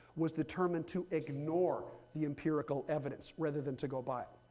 was determined to ignore the empirical evidence rather than to go by it.